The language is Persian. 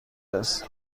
است